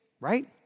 right